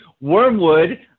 Wormwood